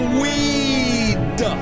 weed